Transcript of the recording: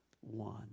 one